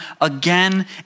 again